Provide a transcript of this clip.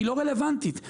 לא רלוונטית.